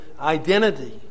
identity